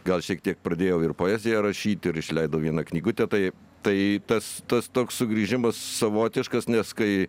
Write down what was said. gal šiek tiek pradėjau ir poeziją rašyt ir išleidau vieną knygutę tai tai tas tas toks sugrįžimas savotiškas nes kai